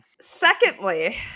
secondly